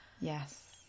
Yes